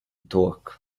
torque